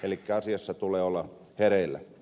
elikkä asiassa tulee olla hereillä